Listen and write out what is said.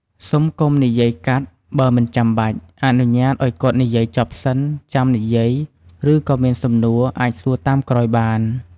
សូមកុំនិយាយកាត់បើមិនចាំបាច់ អនុញ្ញាតឲ្យគាត់និយាយចប់សិនចាំនិយាយឬក៏មានសំណួរអាចសួរតាមក្រោយបាន។